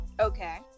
Okay